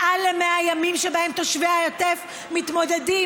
מעל ל-100 ימים שבהם תושבי העוטף מתמודדים